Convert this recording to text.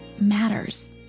matters